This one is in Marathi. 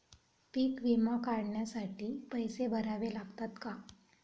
पीक विमा काढण्यासाठी पैसे भरावे लागतात का?